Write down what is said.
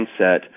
mindset